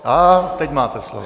A teď máte slovo.